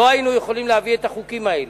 לא היינו יכולים להביא את החוקים האלה.